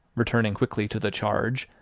returning quickly to the charge,